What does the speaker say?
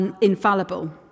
infallible